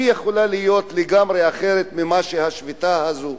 היא יכולה להיות לגמרי אחרת מהשביתה הזאת.